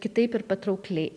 kitaip ir patraukliai